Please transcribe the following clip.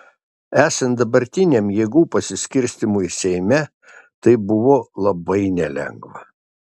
esant dabartiniam jėgų pasiskirstymui seime tai buvo labai nelengva